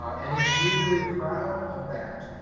and he's really proud of that.